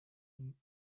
him